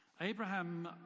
Abraham